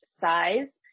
size